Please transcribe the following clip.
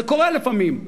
זה קורה לפעמים,